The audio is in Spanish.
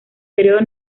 periodo